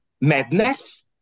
madness